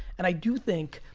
and i do think,